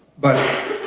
but